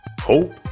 hope